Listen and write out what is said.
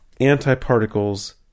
antiparticles